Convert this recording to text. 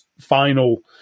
final